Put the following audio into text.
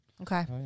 Okay